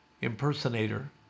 impersonator